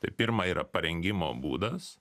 tai pirma yra parengimo būdas